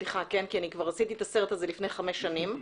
סליחה כי אני כבר עשיתי את הסרט לפני חמש שנים,